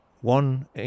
one